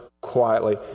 quietly